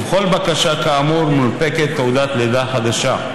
ובכל בקשה, כאמור, מונפקת תעודת לידה חדשה.